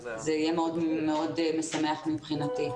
זה יהיה מאוד משמח מבחינתי.